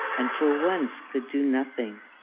and for once could do nothing,